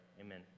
Amen